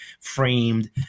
framed